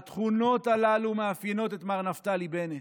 התכונות הללו מאפיינות את מר נפתלי בנט.